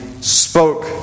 spoke